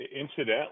incidentally